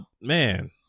man